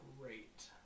great